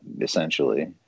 essentially